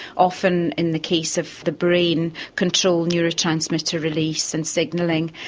often in the case of the brain, control neurotransmitter release and signalling.